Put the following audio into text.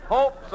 Hope